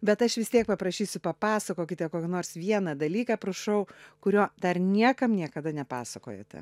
bet aš vis tiek paprašysiu papasakokite kokį nors vieną dalyką prašau kurio dar niekam niekada nepasakojote